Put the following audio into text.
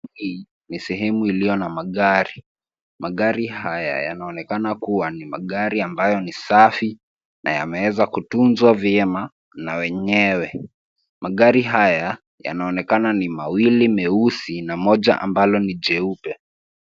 Hii ni sehemu iliyo na magari. Magari haya yanaonekana kuwa ni magari ambayo ni safi na yameweza kutunzwa vyema na wenyewe. Magari haya yanaonekana ni mawili meusi na moja ambalo ni jeupe.